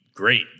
great